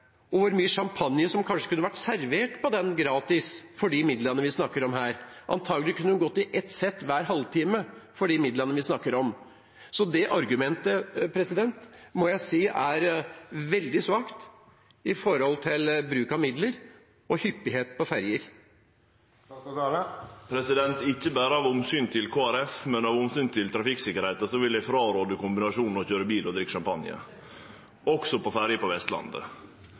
og hvor mye champagne som kunne vært servert på den gratis, for de midlene vi her snakker om? Antakelig kunne de gått i ett sett hver halvtime for de midlene vi snakker om. Så det argumentet må jeg si er veldig svakt når det gjelder bruk av midler og hyppighet på ferger. Ikkje berre av omsyn til Kristeleg Folkeparti, men òg av omsyn til trafikksikkerheita vil eg rå frå kombinasjonen å køyre bil og å drikke champagne – også på ferjer på Vestlandet.